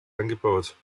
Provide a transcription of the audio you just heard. angebaut